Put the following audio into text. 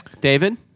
David